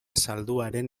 zalduaren